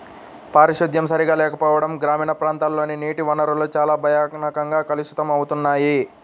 పారిశుద్ధ్యం సరిగా లేకపోవడం గ్రామీణ ప్రాంతాల్లోని నీటి వనరులు చాలా భయంకరంగా కలుషితమవుతున్నాయి